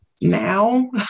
now